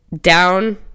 down